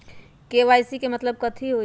KYC के मतलब कथी होई?